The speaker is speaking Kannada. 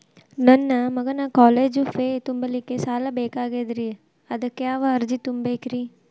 ನನ್ನ ಮಗನ ಕಾಲೇಜು ಫೇ ತುಂಬಲಿಕ್ಕೆ ಸಾಲ ಬೇಕಾಗೆದ್ರಿ ಅದಕ್ಯಾವ ಅರ್ಜಿ ತುಂಬೇಕ್ರಿ?